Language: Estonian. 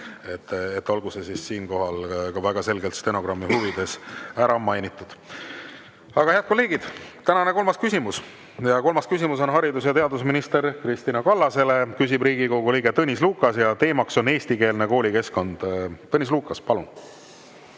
Olgu see siinkohal väga selgelt stenogrammi huvides ära mainitud. Head kolleegid, tänane kolmas küsimus on haridus- ja teadusminister Kristina Kallasele. Küsib Riigikogu liige Tõnis Lukas ja teema on eestikeelne koolikeskkond. Tõnis Lukas, palun!